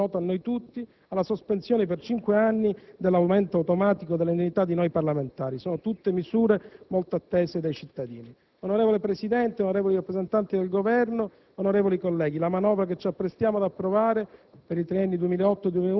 per non parlare poi, come è a tutti noto, della sospensione per cinque anni dell'aumento automatico dell'indennità di noi parlamentari. Sono tutte misure molto attese dai cittadini. Onorevole Presidente, onorevoli rappresentanti del Governo, onorevoli colleghi, la manovra che ci apprestiamo ad approvare